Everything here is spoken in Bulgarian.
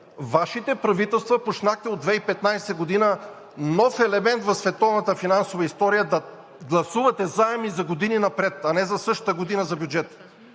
Вашите правителства започнаха от 2015 г. нов елемент в световната финансова история – да гласувате заеми за години напред, а не за бюджета